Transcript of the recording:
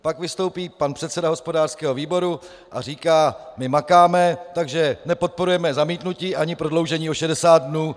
Pak vystoupí pan předseda hospodářského výboru a říká: My makáme, takže nepodporujeme zamítnutí ani prodloužení o 60 dnů.